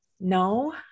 No